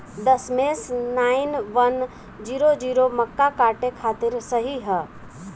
दशमेश nine one zero zero मक्का काटे खातिर सही ह?